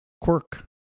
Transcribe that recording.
quirk